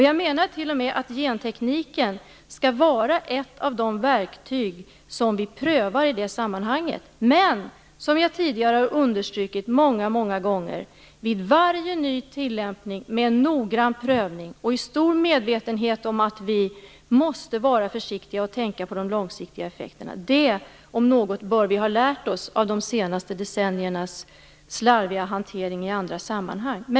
Jag menar t.o.m. att gentekniken skall vara ett av de verktyg som vi prövar i det sammanhanget. Men det skall - som jag tidigare har understrukit många gånger - ske med noggrann prövning vid varje ny tillämpning och i stor medvetenhet om att vi måste vara försiktiga och tänka på de långsiktiga effekterna. Det, om något, bör vi ha lärt oss av de senaste decenniernas slarviga hantering i andra sammanhang.